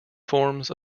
forms